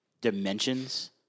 dimensions